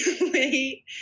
wait